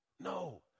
No